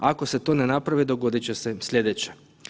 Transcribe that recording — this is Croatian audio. Ako se to ne napravi dogodit će se sljedeće.